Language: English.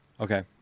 Okay